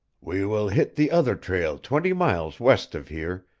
we will hit the other trail twenty miles west of here,